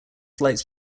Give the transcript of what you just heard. flights